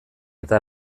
eta